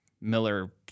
Miller